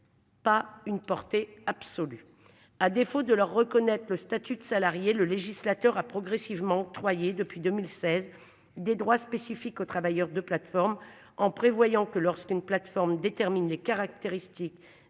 Pas une portée absolue.